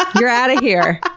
ah you're out of here!